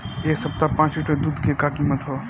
एह सप्ताह पाँच लीटर दुध के का किमत ह?